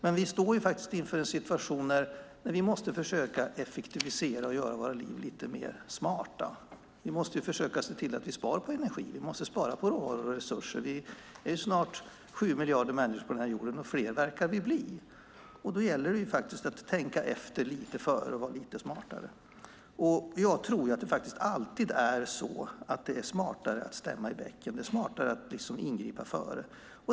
Men vi står inför en situation där vi måste försöka effektivisera och göra våra liv lite smartare. Vi måste försöka se till att vi sparar energi. Vi måste spara på råvaror och resurser. Vi är snart sju miljarder människor på jorden, och fler verkar det bli. Då gäller det att tänka efter före och vara lite smartare. Jag tror att det alltid är smartare att stämma i bäcken. Det är smartare att ingripa före.